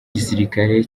igisirikare